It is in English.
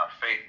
faith